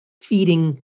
feeding